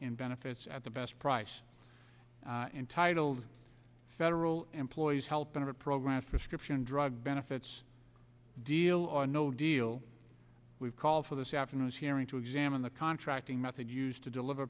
in benefits at the best price entitled federal employees health benefit programs prescription drug benefits deal or no deal we've called for this afternoon's hearing to examine the contracting method used to deliver